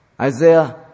Isaiah